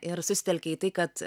ir susitelkė į tai kad